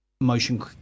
motion